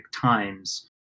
times